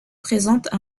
présentent